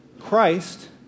Christ